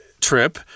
Trip